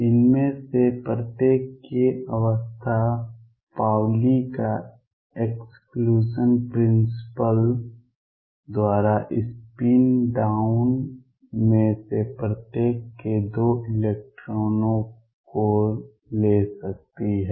इनमें से प्रत्येक k अवस्था पाउली का exclusion principle Pauli's exclusion principle द्वारा स्पिन डाउन में से प्रत्येक के 2 इलेक्ट्रॉनों को ले सकती है